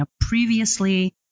Previously